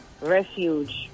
refuge